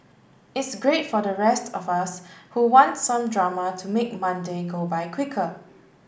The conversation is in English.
it's great for the rest of us who want some drama to make Monday go by quicker